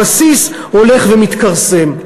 הבסיס הולך ומתכרסם.